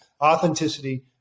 authenticity